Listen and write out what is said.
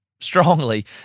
strongly